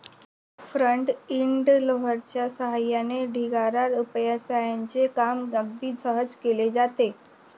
front end लोडरच्या सहाय्याने ढिगारा उपसण्याचे काम अगदी सहज केले जाते